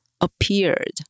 appeared